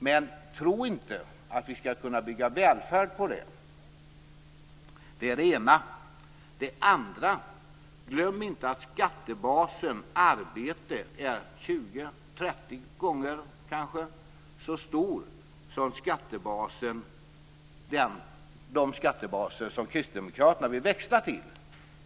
Men tro inte att vi skall kunna bygga välfärd på det! Det är det ena. Det andra är: Glöm inte att skattebasen arbete kanske är 20-30 gånger så stor som de skattebaser som Kristdemokraterna vill växla till!